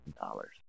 dollars